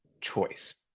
choice